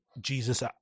jesus